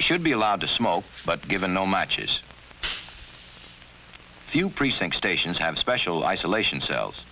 he should be allowed to smoke but given no matches you precinct stations have special isolation cells